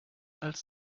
als